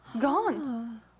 Gone